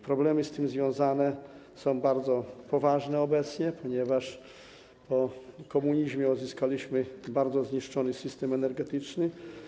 Problemy z tym związane są bardzo poważne obecnie, ponieważ po komunizmie odziedziczyliśmy bardzo zniszczony system energetyczny.